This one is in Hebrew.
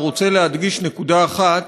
רוצה להדגיש נקודה אחת